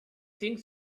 things